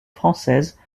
française